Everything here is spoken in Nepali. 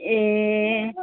ए